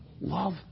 Love